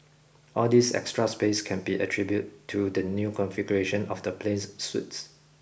all this extra space can be attributed to the new configuration of the plane's suites